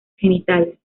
genitales